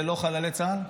זה לא חללי צה"ל?